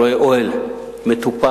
רואה אוהל מטופח,